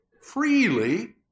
freely